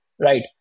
right